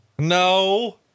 No